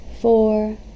four